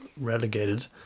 relegated